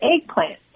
eggplant